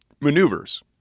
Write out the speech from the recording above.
maneuvers